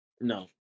No